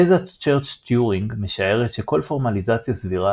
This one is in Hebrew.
תזת צ'רץ'-טיורינג משערת שכל פורמליזציה סבירה